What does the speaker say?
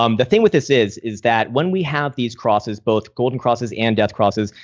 um the thing with this is, is that when we have these crosses, both golden crosses and death crosses,